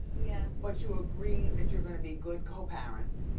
yeah. but you agreed that you're gonna be good co-parents.